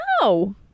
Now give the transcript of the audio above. No